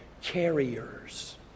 carriers